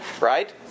right